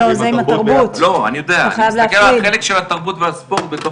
אני מסתכל על החלק של התרבות והספורט בתוך